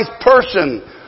person